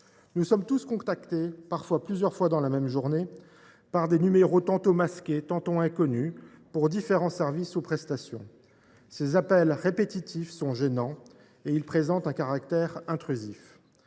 Nous sommes tous contactés, parfois plusieurs fois dans la journée, par des numéros tantôt masqués, tantôt inconnus, pour différents services ou prestations. Ces appels répétitifs sont gênants. Ils présentent un caractère intrusif.